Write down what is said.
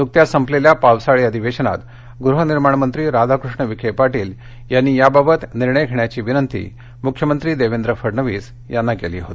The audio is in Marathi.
नुकत्याच संपलेल्या पावसाळी अधिवेशनात गृहनिर्माण मंत्री राधाकृष्ण विखे पाटील यांनी याबाबत निर्णय घेण्याची विनंती मुख्यमंत्री देवेंद्र फडणवीस यांना केली होती